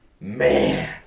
man